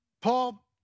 Paul